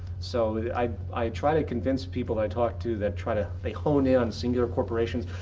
so i i try to convince people that i talk to that try to. they hone in on singular corporations.